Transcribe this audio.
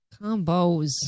Combos